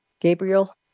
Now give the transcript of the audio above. Gabriel